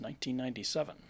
1997